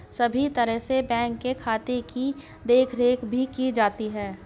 सभी तरह से बैंक के खाते की देखरेख भी की जाती है